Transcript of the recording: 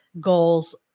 goals